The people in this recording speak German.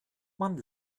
man